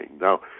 now